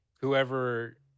whoever